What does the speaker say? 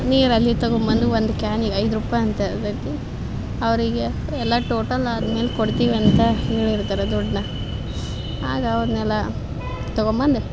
ನೀರು ಅಲ್ಲಿಂದ್ ತಗೊಂಡ್ಬಂದು ಒಂದು ಕ್ಯಾನಿಗೆ ಐದು ರೂಪಾಯಿ ಅಂತೆ ಅದಕ್ಕೆ ಅವರಿಗೆ ಎಲ್ಲ ಟೋಟಲ್ ಆದ್ಮೇಲೆ ಕೊಡ್ತೀವಂತ ಹೇಳಿರ್ತಾರೆ ದುಡ್ಡನ್ನ ಆಗ ಅವ್ರನ್ನೆಲ್ಲ ತಗೊಂಡ್ ಬಂದು